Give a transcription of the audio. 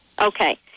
Okay